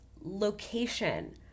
location